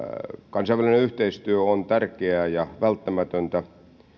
kansainvälinen yhteistyö on tärkeää ja välttämätöntä